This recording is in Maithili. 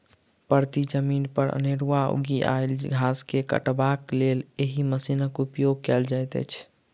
परती जमीन पर अनेरूआ उगि आयल घास के काटबाक लेल एहि मशीनक उपयोग कयल जाइत छै